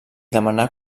demanà